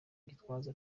gitwaza